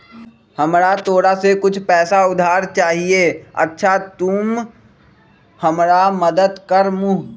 हमरा तोरा से कुछ पैसा उधार चहिए, अच्छा तूम हमरा मदद कर मूह?